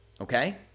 Okay